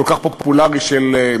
כל כך פופולרי, של מזרחים,